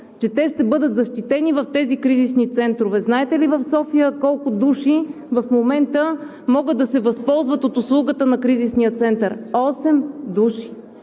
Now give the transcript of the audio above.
че те ще бъдат защитени в тези кризисни центрове. Знаете ли в София колко души в момента могат да се възползват от услугата на кризисния център? Осем души